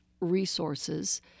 resources